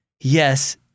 Yes